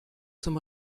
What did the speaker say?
zum